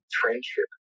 friendship